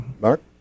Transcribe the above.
Mark